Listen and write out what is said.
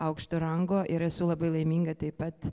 aukšto rango ir esu labai laiminga taip pat